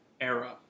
era